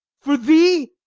for thee,